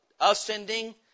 ascending